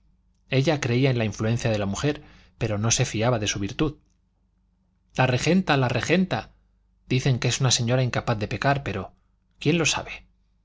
ella creía en la influencia de la mujer pero no se fiaba de su virtud la regenta la regenta dicen que es una señora incapaz de pecar pero quién lo sabe